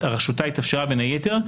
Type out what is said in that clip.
והתרחשותה התאפשר בין היתר,